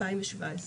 לא,